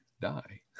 die